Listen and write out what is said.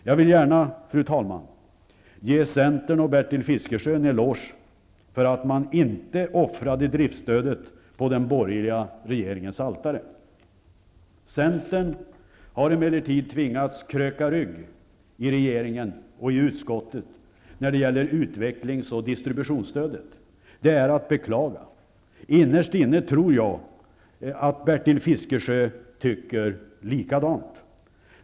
Jag vill gärna, fru talman, ge Centern och Bertil Fiskesjö en eloge för att man inte offrade driftstödet på den borgerliga regeringens altare. Centern har emellertid tvingats kröka rygg i regeringen och i utskottet när det gäller utvecklingsoch distributionsstödet. Det är att beklaga. Innerst inne tror jag att Bertil Fiskesjö tycker likadant.